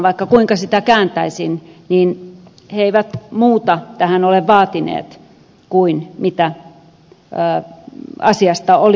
vaikka kuinka sitä kääntäisin niin he eivät muuta ole tähän vaatineet kuin mitä asiasta oli sovittu